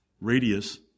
radius